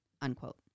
unquote